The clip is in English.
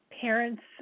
parents